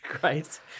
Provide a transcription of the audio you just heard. Great